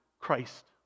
Christ